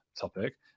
topic